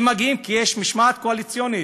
הם מגיעים כי יש משמעת קואליציונית.